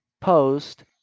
post